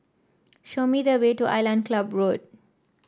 show me the way to Island Club Road